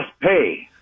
pay